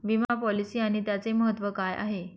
विमा पॉलिसी आणि त्याचे महत्व काय आहे?